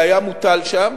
שהיה מוטל שם